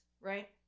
right